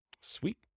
Sweet